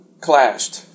clashed